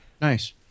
Nice